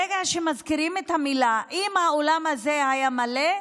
ברגע שמזכירים את המילה, אם האולם הזה היה מלא,